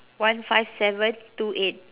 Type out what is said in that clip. one five seven two eight